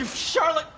charlotte,